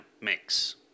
mix